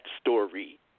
story